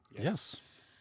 Yes